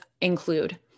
include